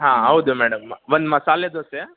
ಹಾಂ ಹೌದು ಮೇಡಮ್ ಒಂದು ಮಸಾಲೆ ದೋಸೆ